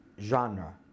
genre